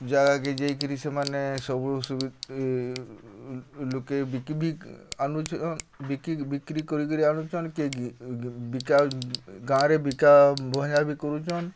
ଜାଗାକେ ଯାଇ କରି ସେମାନେ ଲୋକେ ବିକ୍ରି କରିକିରି ଆଣୁଛନ୍ କିଏ ବିକା ଗାଁରେ ବିକା କରୁଛନ୍